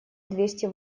двести